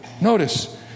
notice